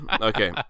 Okay